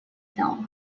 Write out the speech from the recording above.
film